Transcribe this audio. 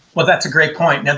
well, that's a great point. yeah